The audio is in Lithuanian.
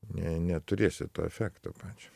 ne neturėsi to efekto pačio